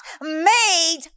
Made